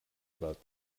about